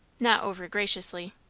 not over graciously.